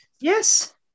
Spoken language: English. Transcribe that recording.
Yes